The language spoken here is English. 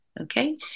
Okay